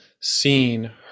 seen